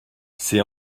c’est